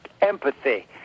Empathy